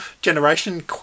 generation